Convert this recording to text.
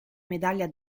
medaglia